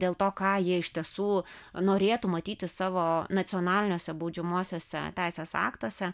dėl to ką jie iš tiesų norėtų matyti savo nacionaliniuose baudžiamuosiuose teisės aktuose